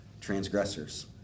transgressors